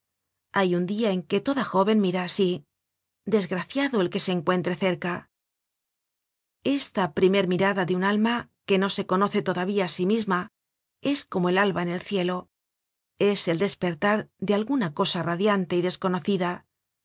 hay un dia en que toda jóven mira asi desgraciado del que se encuentra cerca esta primer mirada de un alma que no se conoce todavía á sí misma es como el alba en el cielo es el despertar de alguna cosa radiante y desconocida